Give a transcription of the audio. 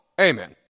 Amen